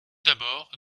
d’abord